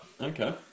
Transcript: Okay